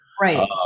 Right